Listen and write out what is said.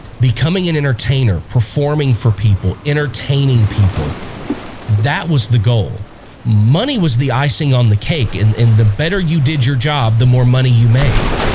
becoming an entertainer performing for people entertaining people that was the goal money was the icing on the cake and the better you did your job the more money you made